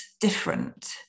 different